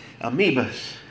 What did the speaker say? amoebas